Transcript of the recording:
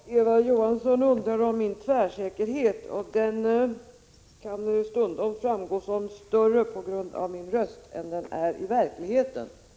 Herr talman! Eva Johansson undrar över min tvärsäkerhet. Den kan stundom på grund av min röst framstå som större än den i verkligheten är.